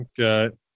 Okay